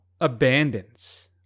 abandons